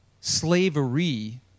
slavery